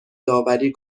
داوری